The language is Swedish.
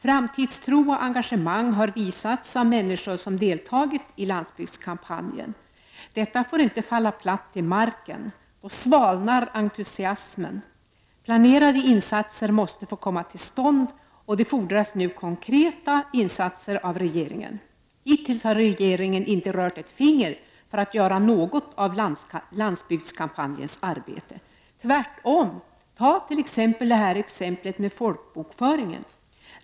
Framtidstro och engagemang har visats av människor som deltagit i lands bygdskampanjen. Detta får inte falla platt till marken. Då svalnar entusiasmen. Planerade insatser måste komma till stånd, och det fordras nu konkreta insatser av regeringen. Hittills har regeringen inte rört ett finger för att göra något åt landsbygdskampanjens arbete — tvärtom. Ta exemplet med folkbokföringen!